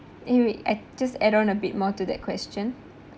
eh wait wait I just add on a bit more to that question